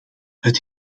het